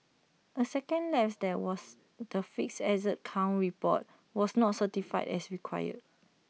A second lapse that was the fixed asset count report was not certified as required